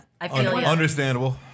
Understandable